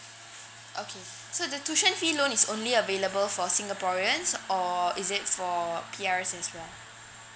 okay so the tuition fee loan is only available for singaporeans or is it for P_Rs as well